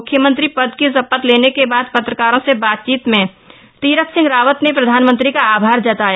मुख्यमंत्री पद की शपथ लेने के बाद पत्रकारों से बातचीत में तीरथ सिंह रावत ने प्रधानमंत्री का आभार जताया